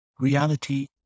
Reality